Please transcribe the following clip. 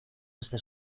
hasta